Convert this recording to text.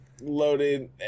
loaded